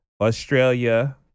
Australia